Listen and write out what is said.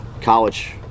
college